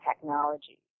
technology